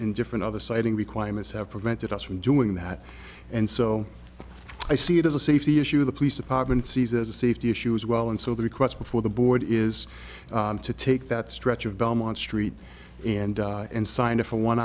in different other siting requirements have prevented us from doing that and so i see it as a safety issue the police department sees as a safety issue as well and so the request before the board is to take that stretch of belmont street and and sign up for one